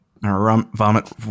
Vomit